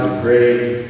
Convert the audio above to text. great